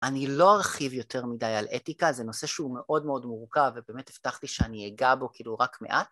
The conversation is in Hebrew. אני לא ארחיב יותר מדי על אתיקה, זה נושא שהוא מאוד מאוד מורכב ובאמת הבטחתי שאני אגע בו כאילו רק מעט